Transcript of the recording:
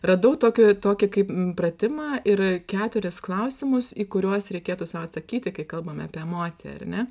radau tokį tokį kaip pratimą ir keturis klausimus į kuriuos reikėtų sau atsakyti kai kalbam apie emociją ar ne